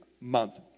month